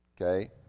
okay